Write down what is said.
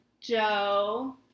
Joe